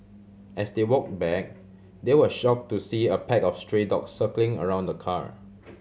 as they walk back they were shock to see a pack of stray dog circling around the car